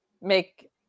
make